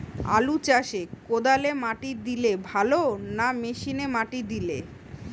আলু চাষে কদালে মাটি দিলে ভালো না মেশিনে মাটি দিলে?